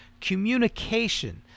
Communication